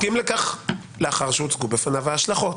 הסכים לכך לאחר שהוצגו בפניו ההשלכות.